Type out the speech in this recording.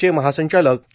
चे महासंचालक के